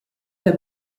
der